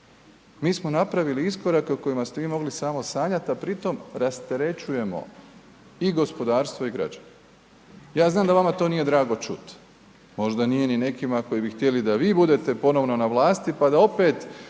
mi smo napravili iskorake o kojima ste vi mogli samo sanjati, a pri tom rasterećujemo i gospodarstvo i građane. Ja znam da vama to nije drago čuti, možda nije ni nekima koji bi htjeli da vi budete ponovno na vlasti pa da opet